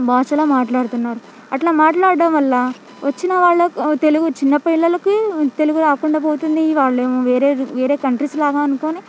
భాషలో మాట్లాడుతున్నారు అట్లా మాట్లాడటం వల్ల వచ్చిన వాళ్ళకు తెలుగు చిన్న పిల్లలికీ తెలుగు రాకుండా పోతుంది వాళ్ళు ఏమో వేరే ది వేరే కంట్రీస్ లాగా అనుకొని